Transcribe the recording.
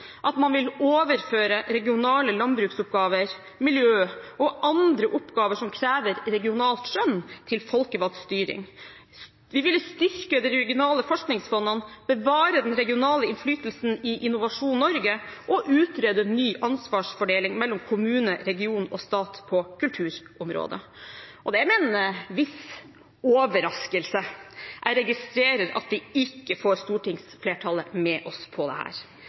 at man vil overføre regionale landbruksoppgaver, miljø og andre oppgaver som krever regionalt skjønn, til folkevalgt styring. Vi ville styrke de regionale forskningsfondene, bevare den regionale innflytelsen i Innovasjon Norge og utrede ny ansvarsfordeling mellom kommune, region og stat på kulturområdet. Det er med en viss overraskelse jeg registrerer at vi ikke får stortingsflertallet med oss på